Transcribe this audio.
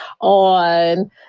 on